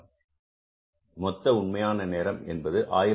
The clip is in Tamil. இங்கே மொத்த உண்மையான நேரம் என்பது 1880